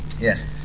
Yes